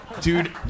Dude